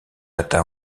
atteint